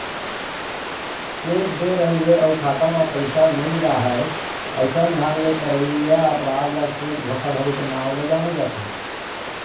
cheque दे रहिबे अउ खाता म पइसा नइ राहय अइसन ढंग ले करइया अपराध ल चेक धोखाघड़ी के नांव ले जाने जाथे